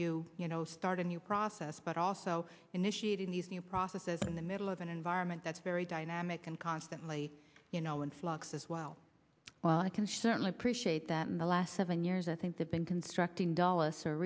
know start a new process but also initiating these new processes in the middle of an environment that's very dynamic and constantly you know influx as well well it can shorten appreciate that in the last seven years i think they've been constructing dulles or